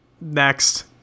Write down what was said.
Next